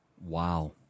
Wow